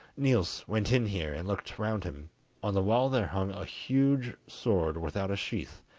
niels went in here and looked round him on the wall there hung a huge sword without a sheath,